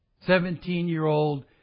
Seventeen-year-old